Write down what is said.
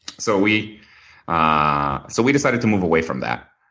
so we ah so we decided to move away from that,